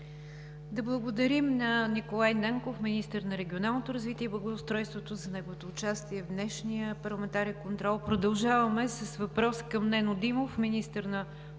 Да благодарим на Николай Нанков – министър на регионалното развитие и благоустройството, за неговото участие в днешния парламентарен контрол. Продължаваме с въпрос към Нено Димов – министър на околната среда и